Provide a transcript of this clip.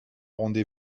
rendez